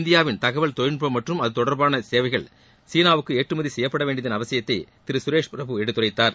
இந்தியாவின் தகவல் தொழில்நுட்பம் மற்றும் அது தொடர்பான சேவைகள் சீனாவுக்கு ஏற்றுமதி செய்யப்பட வேண்டியதன் அவசியத்தை திரு சுரேஷ் பிரபு எடுத்துரைத்தார்